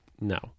No